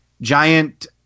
giant